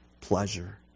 pleasure